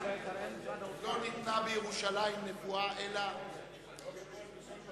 לא ניתנה בירושלים נבואה אלא,